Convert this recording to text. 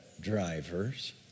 drivers